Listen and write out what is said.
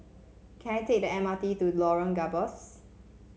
can I take the M R T to Lorong Gambas